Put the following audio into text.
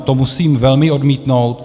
To musím velmi odmítnout.